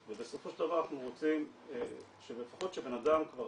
ובסופו של דבר אנחנו רוצים שלפחות שבנאדם כבר